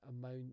amount